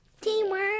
Teamwork